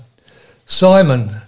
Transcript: Simon